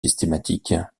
systématiques